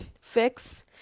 fix